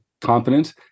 competent